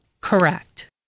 Correct